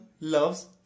loves